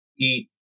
eat